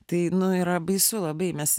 tai nu yra baisu labai mes